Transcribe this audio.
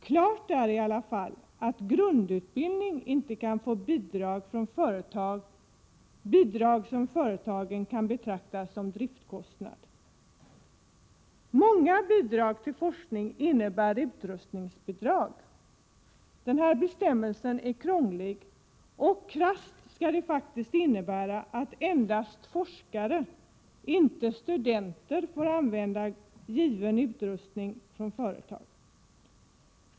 Klart är i alla fall att grundutbildning inte kan få bidrag från företag, bidrag som företagen kan betrakta som driftskostnad. Många bidrag till forskning innebär utrustningsbidrag. Denna bestämmelse är krånglig. Krasst skulle den innebära att endast forskare, inte studenter, får använda av företag skänkt utrustning.